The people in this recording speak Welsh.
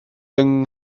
yng